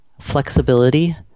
flexibility